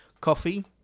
coffee